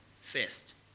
first